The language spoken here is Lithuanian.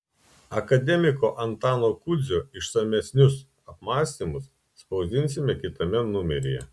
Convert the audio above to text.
akademiko antano kudzio išsamesnius apmąstymus spausdinsime kitame numeryje